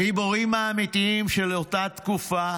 הגיבורים האמיתיים של אותה תקופה